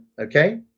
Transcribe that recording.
okay